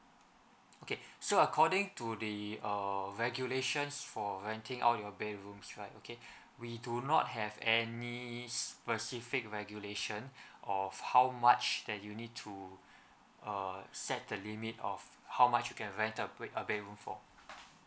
okay so according to the uh regulations for renting all your bedrooms right okay we do not have any specific regulation of how much that you need to err set a limit of how much you can rent a bedroom for